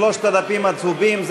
שלושת הדפים הצהובים,